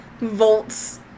volts